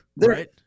right